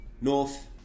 north